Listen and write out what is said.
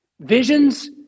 Visions